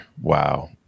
Wow